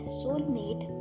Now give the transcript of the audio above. soulmate